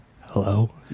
Hello